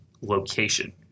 location